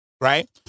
right